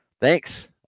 Thanks